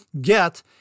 Get